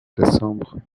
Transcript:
décembre